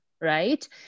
right